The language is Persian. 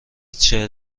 چهل